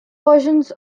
versions